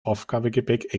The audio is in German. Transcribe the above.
aufgabegepäck